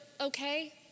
okay